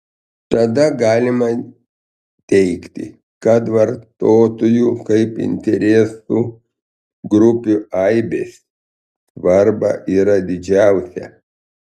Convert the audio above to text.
tada galima teigti kad vartotojų kaip interesų grupių aibės svarba yra didžiausia